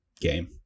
game